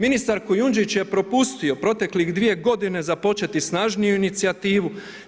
Ministar Kujundžić je propustio proteklih 2 godine započeti snažniju inicijativu.